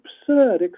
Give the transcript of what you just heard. absurd